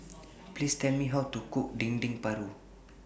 Please Tell Me How to Cook Dendeng Paru